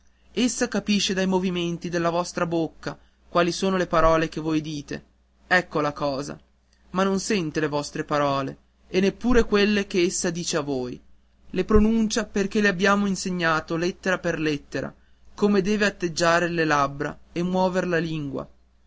essa capisce dai movimenti della vostra bocca quali sono le parole che voi dite ecco la cosa ma non sente le vostre parole e neppure quello che essa dice a voi le pronuncia perché le abbiamo insegnato lettera per lettera come deve atteggiar le labbra e muover la lingua